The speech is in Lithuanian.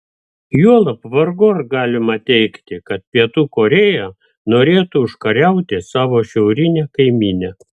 juolab vargu ar galima teigti kad pietų korėja norėtų užkariauti savo šiaurinę kaimynę